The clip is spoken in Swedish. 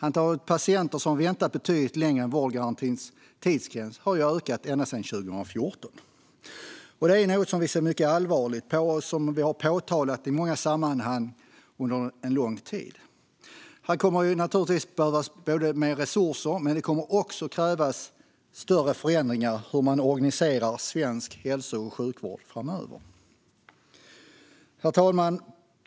Antalet patienter som väntat betydligt längre än vårdgarantins tidsgräns har ökat ända sedan 2014. Detta är något som vi ser mycket allvarligt på och som vi har påtalat i många sammanhang under lång tid. Här kommer det naturligtvis att behövas mer resurser, men det kommer också att krävas större förändringar i hur man organiserar svensk hälso och sjukvård framöver. Herr talman!